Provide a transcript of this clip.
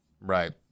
Right